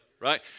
Right